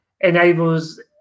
enables